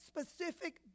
specific